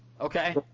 Okay